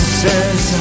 says